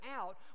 out